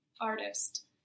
artist